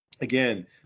Again